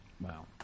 Wow